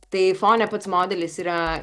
tai fone pats modelis yra